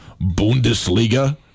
Bundesliga